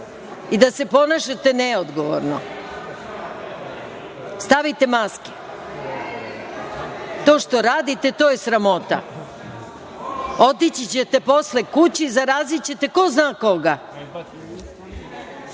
i da se ponašate neodgovorno. Stavite maske. To što radite, to je sramota. Otići ćete posle kući i zarazićete ko zna koga.